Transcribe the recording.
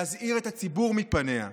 להזהיר את הציבור מפניה.